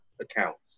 accounts